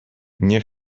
nie